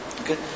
okay